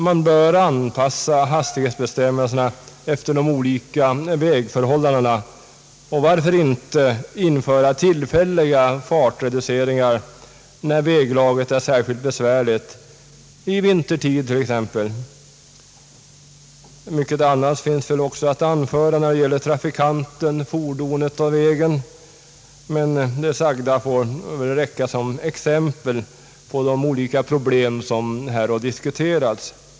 Man bör anpassa hastighetsbestämmelserna efter de skiftande vägförhållandena. Och varför inte införa tillfälliga fartreduceringar när väglaget är särskilt besvärligt, t.ex. vintertid? Mycket annat finns väl också att anföra om trafikanten, fordonet och vägen, men det sagda får räcka som exempel på de problem som diskuteras.